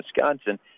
Wisconsin